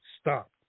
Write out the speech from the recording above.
stop